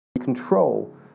control